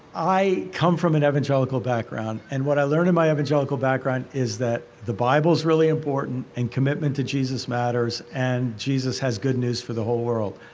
i come from an evangelical background and what i learned in my evangelical background is that the bible is really important and commitment to jesus matters and jesus has good news for the whole world.